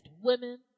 women